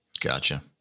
Gotcha